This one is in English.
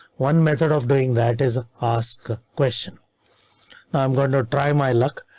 one method of doing that is ask ah question. now i'm going to try my luck.